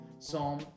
psalm